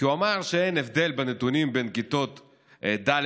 כי הוא אמר שאין הבדל בנתונים בין כיתות ד',